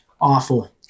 Awful